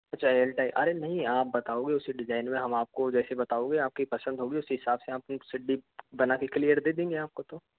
अच्छा L type अरे नहीं आप बताओगे उसी डिजाइन में हम आपको जैसी बताओगे आपकी पसंद होगी उसी हिसाब से आपकी सीढ़ी बना के क्लियर दे देंगे आपको तो